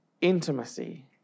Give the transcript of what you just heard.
intimacy